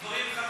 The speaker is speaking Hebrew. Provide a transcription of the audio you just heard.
דברים חדשים.